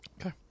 Okay